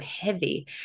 heavy